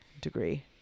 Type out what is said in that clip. degree